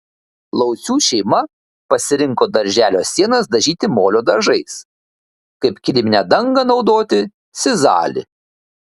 laucių šeima pasirinko darželio sienas dažyti molio dažais kaip kiliminę dangą naudoti sizalį